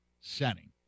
setting